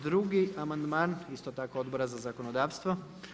Drugi amandman isto tako Odbora za zakonodavstvo.